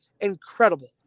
incredible